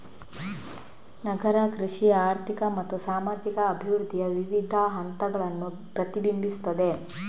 ನಗರ ಕೃಷಿ ಆರ್ಥಿಕ ಮತ್ತು ಸಾಮಾಜಿಕ ಅಭಿವೃದ್ಧಿಯ ವಿವಿಧ ಹಂತಗಳನ್ನು ಪ್ರತಿಬಿಂಬಿಸುತ್ತದೆ